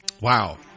Wow